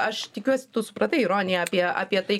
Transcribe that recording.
aš tikiuosi tu supratai ironiją apie apie tai